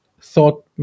thought